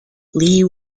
lee